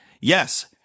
Yes